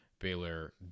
Baylor